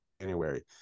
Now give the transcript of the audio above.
January